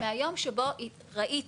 מהיום שבו ראיתי,